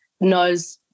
knows